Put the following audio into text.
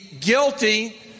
guilty